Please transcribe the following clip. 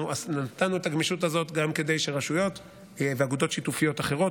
אנחנו נתנו את הגמישות הזאת גם כדי שרשויות ואגודות שיתופיות אחרות,